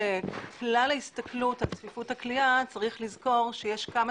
כלל ההסתכלות על צפיפות הכליאה צריך לזכור שיש כמה